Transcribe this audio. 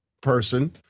person